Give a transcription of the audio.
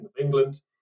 England